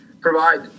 provide